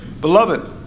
Beloved